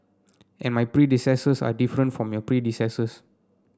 and my predecessors are different from your predecessors